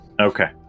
Okay